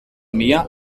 mehr